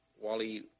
Wally